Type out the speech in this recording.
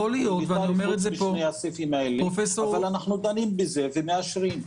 אבל אנחנו דנים בזה ומאשרים.